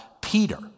Peter